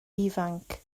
ifanc